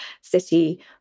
city